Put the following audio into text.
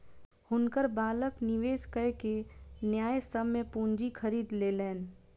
हुनकर बालक निवेश कय के न्यायसम्य पूंजी खरीद लेलैन